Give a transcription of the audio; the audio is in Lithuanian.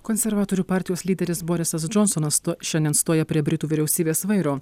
konservatorių partijos lyderis borisas džonsonas tu šiandien stoja prie britų vyriausybės vairo